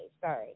sorry